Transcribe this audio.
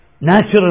Natural